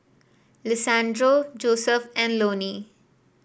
Lisandro Joseph and Loni